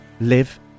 live